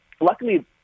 Luckily